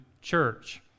church